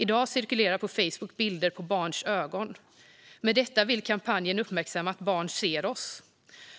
I dag cirkulerar på Facebook bilder på barns ögon. Med detta vill kampanjen uppmärksamma att barn ser oss.